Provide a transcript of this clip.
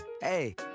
Hey